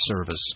service